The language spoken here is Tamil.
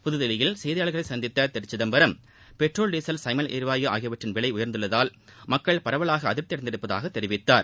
புதுதில்லியில் செய்தியாளர்களை சந்தித்த திரு சிதம்பரம் பெட்ரோல் டீசல் சமையல் எரிவாயு ஆகியவற்றின் விலை உயர்ந்துள்ளதால் மக்கள் பரவலாக அதிருப்தி அடைந்திருப்பதாக தெரிவித்தார்